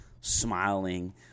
smiling